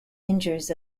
injures